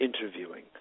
interviewing